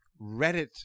Reddit